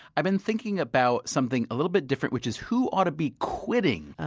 i've been thinking about something a little bit different, which is who ought to be quitting ah,